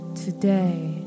today